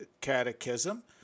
Catechism